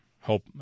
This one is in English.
hope